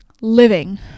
living